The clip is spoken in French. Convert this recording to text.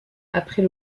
après